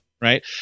right